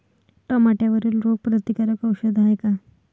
टमाट्यावरील रोग प्रतीकारक औषध हाये का?